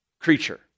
creature